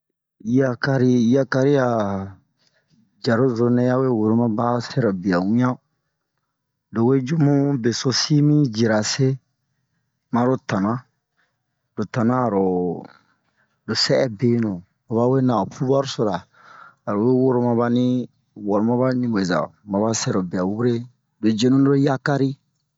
Yakari yakari a jarozo nɛ ya we woro ma ba sɛrobiya wian lo we ju mu besosi mi jira se maro tana lo tana aro lo sɛ'ɛ benu ho ba we na han puvu'ar so ra aro we woro ma bani wanu ma ba ɲubeza ma ba sɛrobiya wure lo jenu lo yakari